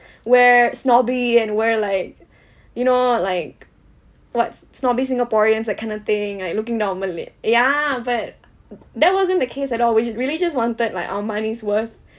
we're snobby and we're like you know like what snobby singaporeans that kind of thing like looking down on malay ya but that wasn't the case at all we just really just wanted like our money's worth